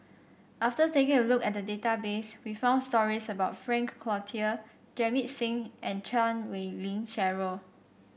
after taking a look at the database we found stories about Frank Cloutier Jamit Singh and Chan Wei Ling Cheryl